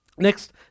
Next